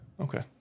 Okay